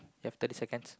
you have thirty seconds